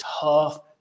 tough